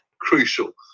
crucial